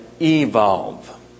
evolve